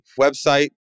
website